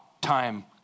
time